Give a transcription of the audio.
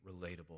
relatable